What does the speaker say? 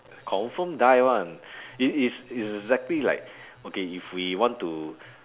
confirm die [one] it is it's exactly like okay if we want to